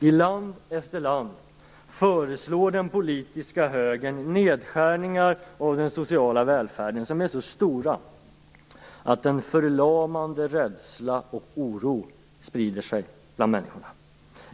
I land efter land föreslår den politiska högern nedskärningar av den sociala välfärden som är så stora att en förlamande rädsla och oro sprider sig bland människorna.